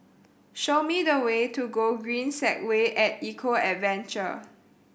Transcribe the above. show me the way to Gogreen Segway At Eco Adventure